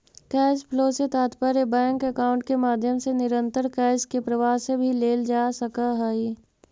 cash flow से तात्पर्य bank account के माध्यम से निरंतर कैश के प्रवाह से भी लेल जा सकऽ हई